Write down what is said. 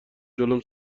جلوم